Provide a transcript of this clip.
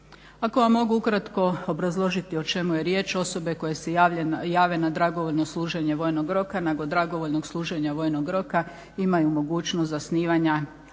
Ako vam mogu ukratko obrazložiti o čemu je riječ. Osobe koje se jave na dragovoljno služenje vojnog roka nego dragovoljnog služenja vojnog roka imaju mogućnost zasnivanja